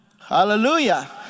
Hallelujah